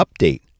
update